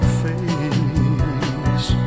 face